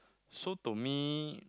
so to me